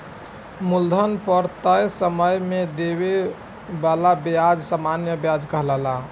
मूलधन पर तय समय में देवे वाला ब्याज सामान्य व्याज कहाला